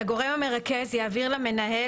(ה)הגורם המרכז יעביר למנהל,